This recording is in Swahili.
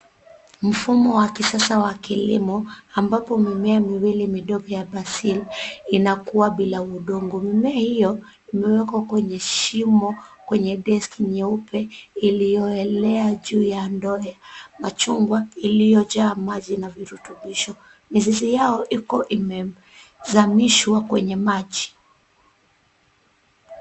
Mfumo wa kisasa wa kilimo ambapo mimea miwili midogo ya Basil ina kuwa bila udongo. Mimea hio imewekwa kwenye shimo kwenye deski nyeupe ilioelea juu ya ndoo ya machungwa iliojaa maji na virutubisho. Mizizi yao iko imezamishwa kwenye maji.